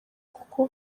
kuko